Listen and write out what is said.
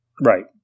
right